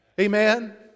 Amen